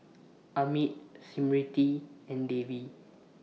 Amit Smriti and Devi